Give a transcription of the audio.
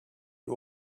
you